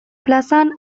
plazan